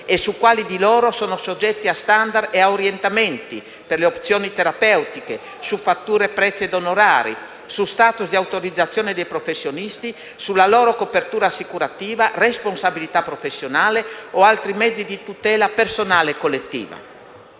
e su quali di loro sono soggetti a standard e orientamenti per le opzioni terapeutiche su fatture, prezzi ed onorari, su *status* di autorizzazione dei professionisti, sulla loro copertura assicurativa, responsabilità professionale o altri mezzi di tutela personale e collettiva.